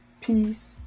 peace